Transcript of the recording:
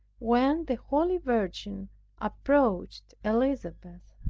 when the holy virgin approached elizabeth,